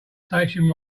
station